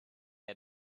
had